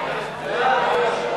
בעד?